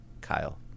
Kyle